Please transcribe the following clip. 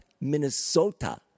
Minnesota